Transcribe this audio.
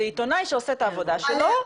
זה עיתונאי שעושה את העבודה שלו,